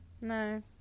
No